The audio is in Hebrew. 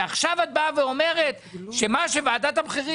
ועכשיו את באה ואומרת שמה שוועדת המחירים